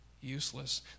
useless